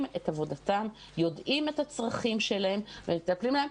את עבודתם ויודעים את הצרכים שלהם ומטפלים בהם.